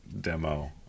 demo